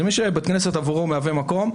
זה מי שבית כנסת עבורו מהווה מקום,